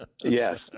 Yes